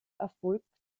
erfolgt